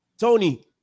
tony